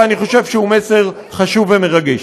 ואני חושב שהוא מסר חשוב ומרגש.